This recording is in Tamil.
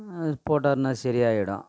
அது போட்டாருன்னா சரி ஆகிடும்